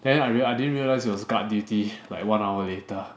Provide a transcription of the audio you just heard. then I really I didn't realise it was guard duty like one hour later